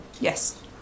Yes